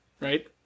right